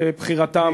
לבחירתם.